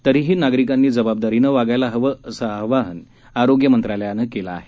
तरीही नागरिकांनी जाबाबदारीनं वागायला हवं असं आवाहन आरोग्य मंत्रालयानं केलं आहे